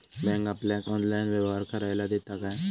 Bank आपल्याला online व्यवहार करायला देता काय?